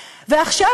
ועכשיו,